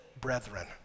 brethren